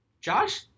Josh